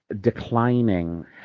declining